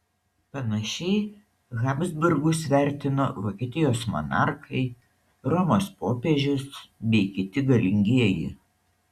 panašiai habsburgus vertino vokietijos monarchai romos popiežius bei kiti galingieji